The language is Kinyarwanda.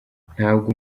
ntabwo